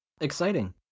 Exciting